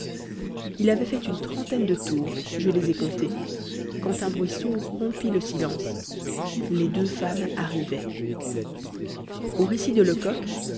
il avait fait une trentaine de tours je les ai comptés quand un bruit sourd rompit le silence les deux femmes arrivaient au récit de lecoq